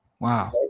Wow